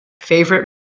Favorite